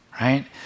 right